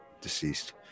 deceased